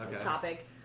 topic